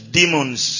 demons